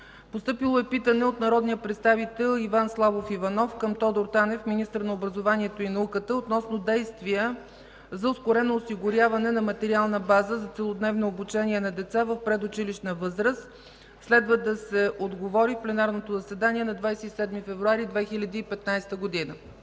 Постъпило е питане от народния представител Иван Славов Иванов към Тодор Танев – министър на образованието и науката, относно действие за ускорено осигуряване на материална база за целодневно обучение на деца в предучилищна възраст. Следва да се отговори в пленарното заседание на 27 февруари 2015 г.